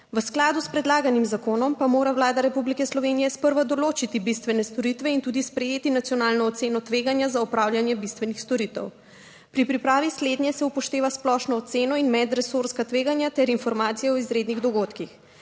v skladu s predlaganim zakonom pa mora Vlada Republike Slovenije sprva določiti bistvene storitve in tudi sprejeti nacionalno oceno tveganja za opravljanje bistvenih storitev. Pri pripravi slednje se upošteva splošno oceno in medresorska tveganja ter informacije o izrednih dogodkih.